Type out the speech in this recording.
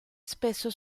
spesso